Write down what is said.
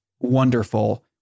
wonderful